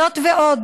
זאת ועוד,